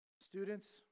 students